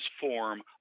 form